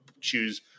choose